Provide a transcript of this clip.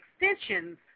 extensions